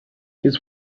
his